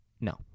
No